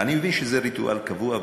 אני מבין שזה ריטואל קבוע,